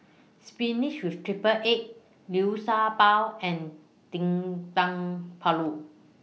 Spinach with Triple Egg Liu Sha Bao and Dendeng Paru